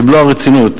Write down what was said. במלוא הרצינות,